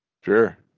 Sure